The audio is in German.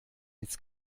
nichts